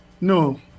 No